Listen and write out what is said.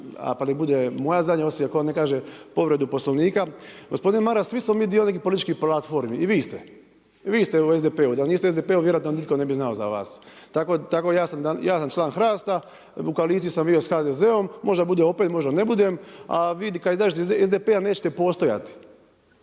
pa neka bude moja zadnja osim ako ne kaže povredu poslovnika. Gospodin Maras svi smo mi dio nekih političkih platformi i vi ste, i vi ste u SDP-u, da niste u SDP-u vjerojatno niko ne bi znao za vas. Ja sam član HRAST-a u koaliciji sam bio s HDZ-om, možda budem opet, možda ne budem. A vi kada izađete iz SDP-a nećete postojati